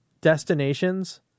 destinations